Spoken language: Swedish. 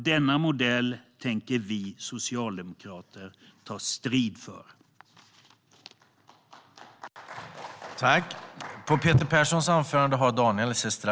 Denna modell tänker vi socialdemokrater ta strid för.